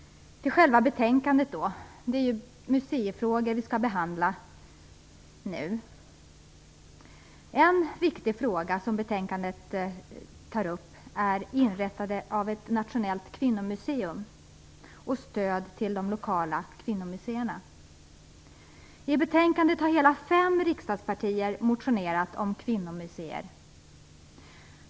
Jag skall nu ta upp det som står i själva betänkandet. Det handlar om museifrågor. En viktig fråga som tas upp i betänkandet är inrättande av ett nationellt kvinnomuseum och stöd till de lokala kvinnomuseerna. I betänkandet har hela fem riksdagspartier motionerat om kvinnomuseer.